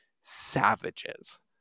savages